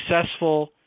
successful